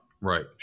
Right